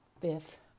fifth